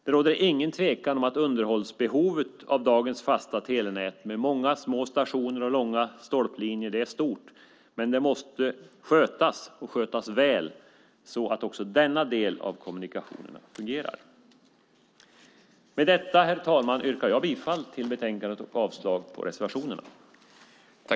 Det råder inget tvivel om att underhållsbehovet av dagens fasta telenät med många små stationer och långa stolplinjer är stort, men det måste skötas och skötas väl så att också denna del av kommunikationerna fungerar. Herr talman! Med detta yrkar jag bifall till förslaget i betänkandet och avslag på reservationerna.